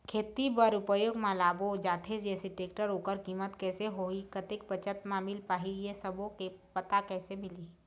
खेती बर उपयोग मा लाबो जाथे जैसे टेक्टर ओकर कीमत कैसे होही कतेक बचत मा मिल पाही ये सब्बो के पता कैसे चलही?